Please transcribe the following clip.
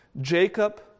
Jacob